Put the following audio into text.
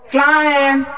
Flying